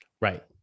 right